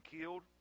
killed